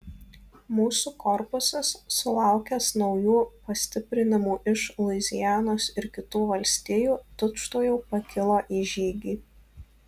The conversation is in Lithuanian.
mūsų korpusas sulaukęs naujų pastiprinimų iš luizianos ir kitų valstijų tučtuojau pakilo į žygį